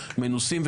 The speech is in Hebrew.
מנוסים,